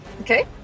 Okay